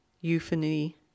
euphony